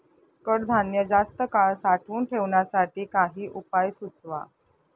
कडधान्य जास्त काळ साठवून ठेवण्यासाठी काही उपाय सुचवा?